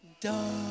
Duh